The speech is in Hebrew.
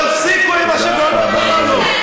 תפסיקו עם השיגעונות הללו.